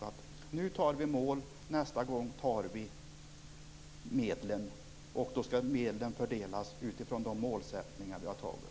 Nu beslutar vi om mål, nästa gång beslutar vi om medlen. Och då skall medlen fördelar utifrån de målsättningar vi har antagit.